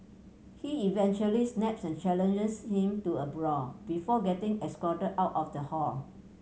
he eventually snaps and challenges him to a brawl before getting escorted out of the hall